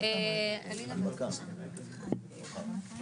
בטח מחלקה פנימית שהיא מחלקה דינמית.